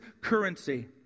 currency